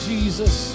Jesus